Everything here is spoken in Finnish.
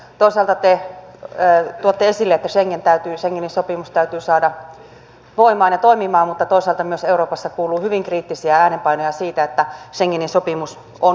toisaalta te tuotte esille että schengenin sopimus täytyy saada voimaan ja toimimaan mutta toisaalta myös euroopassa kuuluu hyvin kriittisiä äänenpainoja siitä että schengenin sopimus on jo historiaa